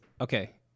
Okay